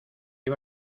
iba